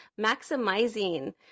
Maximizing